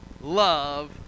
love